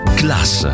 class